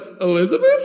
Elizabeth